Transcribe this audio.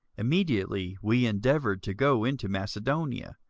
immediately we endeavoured to go into macedonia,